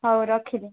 ହଉ ରଖିଲି